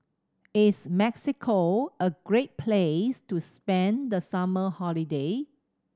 is Mexico a great place to spend the summer holiday